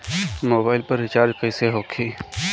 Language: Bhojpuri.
मोबाइल पर रिचार्ज कैसे होखी?